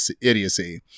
idiocy